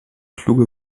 kluge